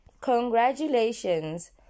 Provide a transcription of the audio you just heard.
congratulations